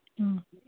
ꯑ